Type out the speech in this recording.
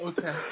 Okay